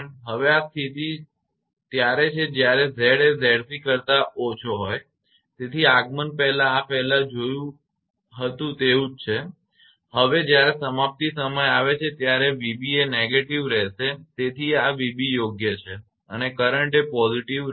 હવે આ સ્થિતિ ત્યારે છે જ્યારે Z એ 𝑍𝑐 કરતા ઓછો હોય તેથી આગમન પહેલાં આ પહેલા જેવું જ હતું હવે જ્યારે સમાપ્તિ સમય આવે છે ત્યારે તે 𝑣𝑏 એ negative રહેશે તેથી આ 𝑣𝑏 યોગ્ય છે અને current એ positive રહેશે